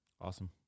Awesome